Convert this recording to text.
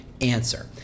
answer